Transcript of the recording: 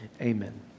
Amen